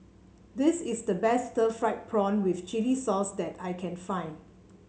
this is the best Stir Fried Prawn with Chili Sauce that I can find